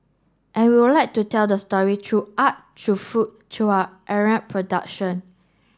and we'll like to tell the story through art through food through our aerial production